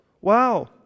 wow